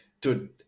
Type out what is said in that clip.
dude